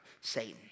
Satan